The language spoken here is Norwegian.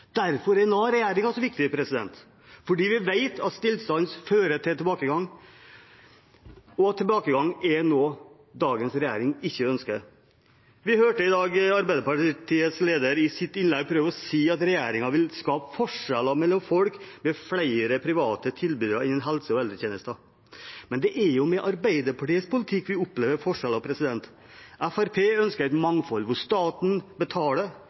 Derfor er denne regjeringserklæringen så viktig, fordi vi vet at stillstand fører til tilbakegang, og tilbakegang er noe dagens regjering ikke ønsker. Vi hørte i dag Arbeiderpartiets leder i sitt innlegg prøve å si at regjeringen vil skape forskjeller mellom folk med flere private tilbydere innen helse- og velferdstjenester. Men det er jo med Arbeiderpartiets politikk vi opplever forskjeller. Fremskrittspartiet ønsker et mangfold der staten betaler,